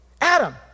Adam